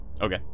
Okay